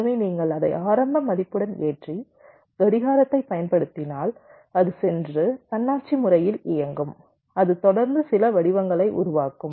எனவே நீங்கள் அதை ஆரம்ப மதிப்புடன் ஏற்றி கடிகாரத்தைப் பயன்படுத்தினால் அது சென்று தன்னாட்சி முறையில் இயங்கும் அது தொடர்ந்து சில வடிவங்களை உருவாக்கும்